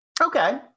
Okay